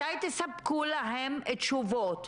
מתי תספקו להם תשובות?